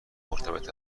مرتبط